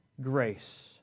grace